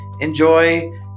Enjoy